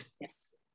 Yes